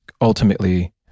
ultimately